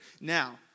Now